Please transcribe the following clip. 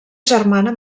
germana